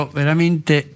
veramente